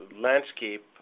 landscape